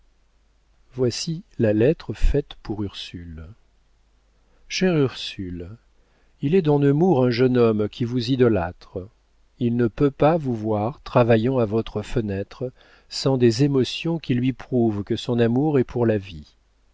voici la lettre faite pour ursule chère ursule il est dans nemours un jeune homme qui vous idolâtre il ne peut pas vous voir travaillant à votre fenêtre sans des émotions qui lui prouvent que son amour est pour la vie